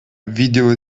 видела